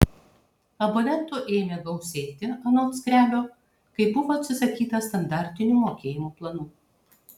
abonentų ėmė gausėti anot skrebio kai buvo atsisakyta standartinių mokėjimo planų